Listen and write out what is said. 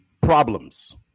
problems